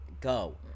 Go